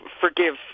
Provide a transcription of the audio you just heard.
forgive